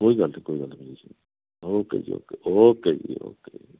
ਕੋਈ ਗੱਲ ਨਹੀਂ ਕੋਈ ਗੱਲ ਨਹੀਂ ਜੀ ਓਕੇ ਜੀ ਓਕੇ ਓਕੇ ਜੀ ਓਕੇ